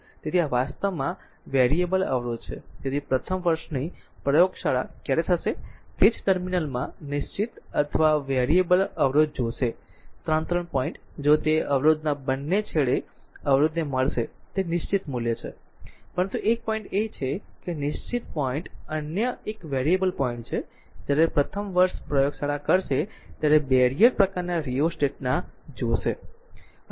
તેથી આ વાસ્તવમાં વેરિયેબલ અવરોધ છે તેથી પ્રથમ વર્ષની પ્રયોગશાળા ક્યારે થશે તે જ ટર્મિનલમાં નિશ્ચિત અથવા વેરિયેબલ અવરોધ જોશે 3 3 પોઇન્ટ જો તે અવરોધના બંને છેડે અવરોધને મળશે તે નિશ્ચિત મૂલ્ય છે પરંતુ એક પોઈન્ટ એ છે નિશ્ચિત પોઈન્ટ અન્ય એક વેરિયેબલ પોઈન્ટ છે જ્યારે પ્રથમ વર્ષ પ્રયોગશાળા કરશે જ્યારે બેરીયર પ્રકારના રિઓસ્ટેટ ના જોશે